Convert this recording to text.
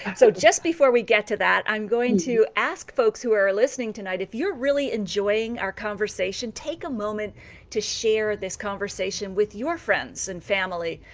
so just before we get to that, i'm going to ask folks who are listening tonight. if you're really enjoying our conversation, take a moment to share this conversation with your friends and family.